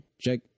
check